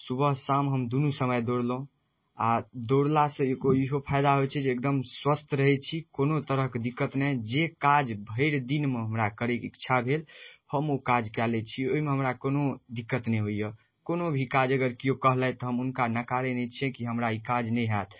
सुबह शाम हम दुनू समय दौड़लहुँ आओर दौड़लासँ एको इहो फायदा होइ छै जे एकदम स्वस्थ रहै छी कोनो तरहके दिक्कत नहि जे काज भरिदिनमे हमरा करैके इच्छा भेल हम ओ काज कऽ लै छी ओहिमे हमरा कोनो दिक्कत नहि होइए कोनो भी काज अगर केओ कहलथि हम हुनका नकारै नहि छिए कि हमरा ई काज नहि हैत